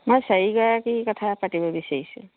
মই চাৰিগৰাকী কথা পাতিব বিচাৰিছোঁ